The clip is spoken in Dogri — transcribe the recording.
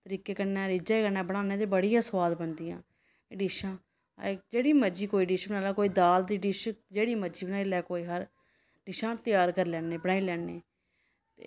तरीके कन्नै रीजै कन्नै बनान्ने ते बड़ी गै सोआद बनदी ऐ डिश्शां जेह्ड़ी मर्जी कोई डिश बनाई लै दाल दी डिश जेह्ड़ी मर्जी बनाई लै कोई हर डिश्शां त्यार करी लैन्ने बनाई लैन्ने